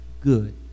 good